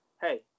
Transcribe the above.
hey